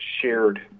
shared